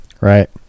right